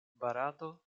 barato